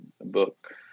book